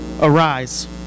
Arise